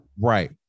Right